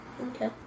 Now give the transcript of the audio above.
Okay